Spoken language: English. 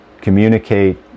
communicate